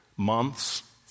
Months